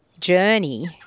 journey